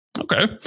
Okay